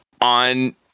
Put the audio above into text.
on